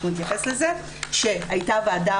שהייתה ועדה,